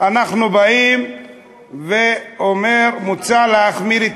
אנחנו באים ואומרים: מוצע להחמיר את